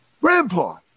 grandpa